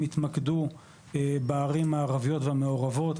התמקדו בערים הערביות והמעורבות,